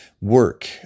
work